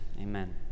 Amen